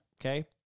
Okay